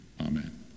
Amen